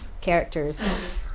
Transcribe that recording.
characters